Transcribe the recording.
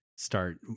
start